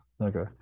okay